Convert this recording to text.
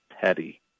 petty